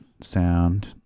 Sound